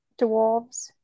dwarves